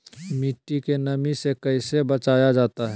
मट्टी के नमी से कैसे बचाया जाता हैं?